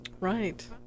Right